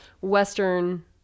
Western